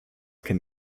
can